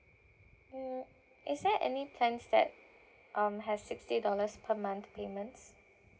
mm is there any plans that um has sixty dollars per month payments